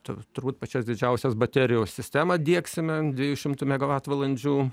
tu turbūt pačias didžiausias baterijų sistemą diegsime an dviejų šimtų kilovatvalandžių